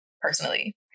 personally